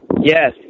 Yes